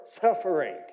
suffering